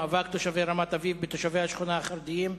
הצעה מס' 533: מאבק תושבי רמת-אביב בתושבי השכונה החרדים.